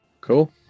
Cool